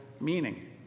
meaning